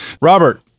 Robert